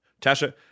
Tasha